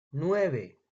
nueve